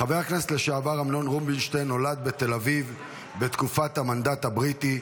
חבר הכנסת לשעבר אמנון רובינשטיין נולד בתל אביב בתקופת המנדט הבריטי.